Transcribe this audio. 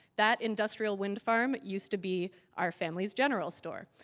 that industrial wind farm used to be our family's general store.